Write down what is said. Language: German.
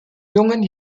jungen